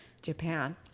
Japan